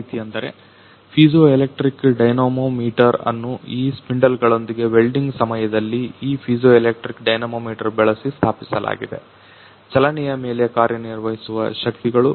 ಯಾವ ರೀತಿ ಅಂದರೆ ಪೀಜೋಎಲೆಕ್ಟ್ರಿಕ್ ಡೈನಮೋಮೀಟರ್ ಅನ್ನು ಈ ಸ್ಪಿಂಡಲ್ಗಳೊಂದಿಗೆ ವೆಲ್ಡಿಂಗ್ ಸಮಯದಲ್ಲಿ ಈ ಪೀಜೋಎಲೆಕ್ಟ್ರಿಕ್ ಡೈನಮೋಮೀಟರ್ ಬಳಸಿ ಸ್ಥಾಪಿಸಲಾಗಿದೆ ಚಲನೆಯ ಮೇಲೆ ಕಾರ್ಯನಿರ್ವಹಿಸುವ ಶಕ್ತಿಗಳು